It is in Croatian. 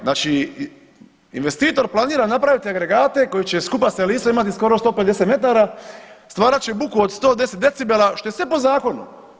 Znači investitor planira napraviti agregate koji će skupa s elisom imati skoro 150 metara, stvarat će buku od 110 decibela što je sve po zakonu.